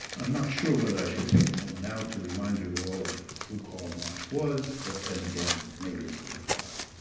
i'm not sure whether i should take a moment now to remind you all of who karl marx was, but then again, maybe it's worthwhile.